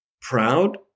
proud